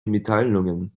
mitteilungen